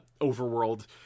overworld